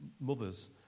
mothers